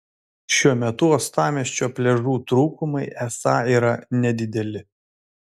šiuo metu uostamiesčio pliažų trūkumai esą yra nedideli